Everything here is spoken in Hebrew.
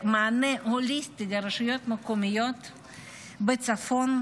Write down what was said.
מענה הוליסטי לרשויות מקומיות בצפון,